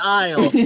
aisle